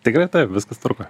tikrai taip viskas tvarkoj